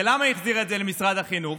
ולמה היא החזירה את זה למשרד החינוך?